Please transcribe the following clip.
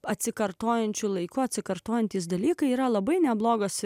atsikartojančiu laiku atsikartojantys dalykai yra labai neblogas